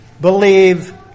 believe